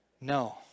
No